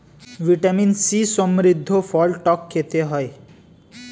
vitamin C সমৃদ্ধ ফল টক খেতে হয়